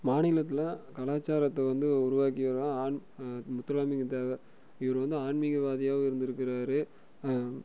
மாநிலத்தில் கலாச்சாரத்தை வந்து உருவாக்கியவருனா ஆன் முத்துராமலிங்க தேவர் இவர் வந்து ஆன்மீகவாதியாகவும் இருந்திருக்காரு